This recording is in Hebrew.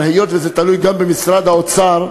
אבל היות שזה תלוי גם במשרד האוצר,